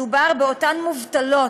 מדובר באותן מובטלות,